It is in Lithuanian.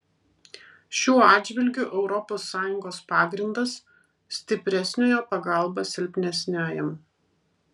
šiuo atžvilgiu europos sąjungos pagrindas stipresniojo pagalba silpnesniajam